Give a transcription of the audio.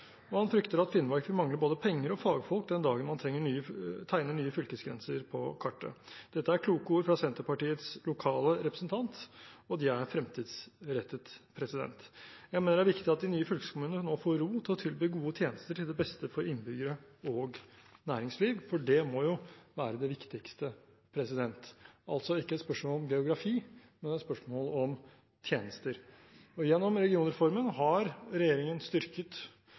Han frykter at Finnmark vil mangle både penger og fagfolk den dagen man tegner nye fylkesgrenser på kartet. Dette er kloke ord fra Senterpartiets lokale representant, og de er fremtidsrettede. Jeg mener det er viktig at de nye fylkeskommunene nå får ro til å tilby gode tjenester til det beste for innbyggere og næringsliv, for det må være det viktigste – altså ikke et spørsmål om geografi, men et spørsmål om tjenester. Gjennom regionreformen har regjeringen styrket